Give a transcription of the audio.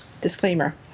disclaimer